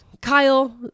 Kyle